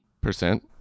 Percent